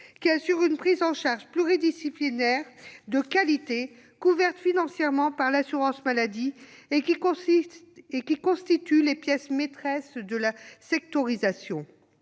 qui assurent une prise en charge pluridisciplinaire de qualité et couverte financièrement par l'assurance maladie et qui constituent les pièces maîtresses de la sectorisation.